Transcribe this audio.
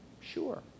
Sure